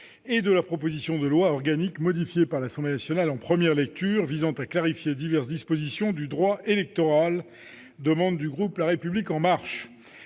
et de la proposition de loi organique, modifiée par l'Assemblée nationale en première lecture, visant à clarifier diverses dispositions du droit électoral (proposition n°